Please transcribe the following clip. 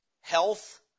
health